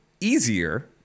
easier